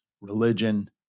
religion